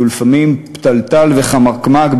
שהוא לפעמים פתלתל וחמקמק,